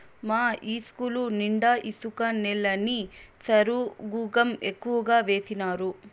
మా ఇస్కూలు నిండా ఇసుక నేలని సరుగుకం ఎక్కువగా వేసినారు